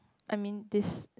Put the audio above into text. I mean this